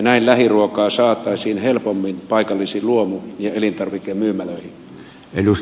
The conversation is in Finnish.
näin lähiruokaa saataisiin helpommin paikallisiin luomu ja elintarvikemyymälöihin